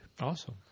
Awesome